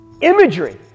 imagery